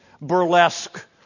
burlesque